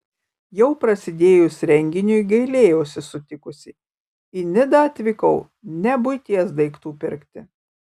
jau prasidėjus renginiui gailėjausi sutikusi į nidą atvykau ne buities daiktų pirkti